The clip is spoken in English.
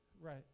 Right